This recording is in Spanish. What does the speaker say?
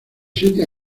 siete